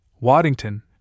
Waddington